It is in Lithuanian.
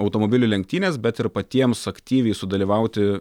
automobilių lenktynes bet ir patiems aktyviai sudalyvauti